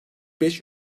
beş